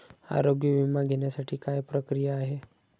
आरोग्य विमा घेण्यासाठी काय प्रक्रिया आहे?